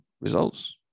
results